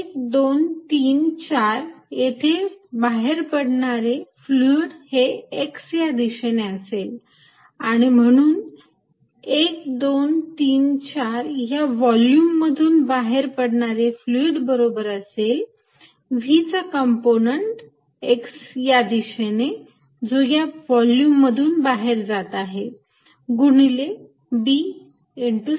1 2 3 4 येथे बाहेर पडणारे फ्लुईड हे x या दिशेने असेल आणि म्हणून1 2 3 4 या व्हॉल्युम मधून बाहेर पडणारे फ्लुईड बरोबर असेल v चा कंपोनंट x या दिशेने जो या व्हॉल्युम मधून बाहेर जात आहे गुणिले b c